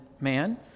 man